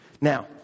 Now